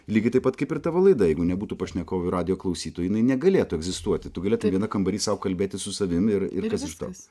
lygiai taip pat kaip ir tavo laida jeigu nebūtų pašnekovų ir radijo klausytojų jinai negalėtų egzistuoti tu galėtum viena kambary sau kalbėtis su savimi ir ir kas iš to